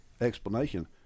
explanation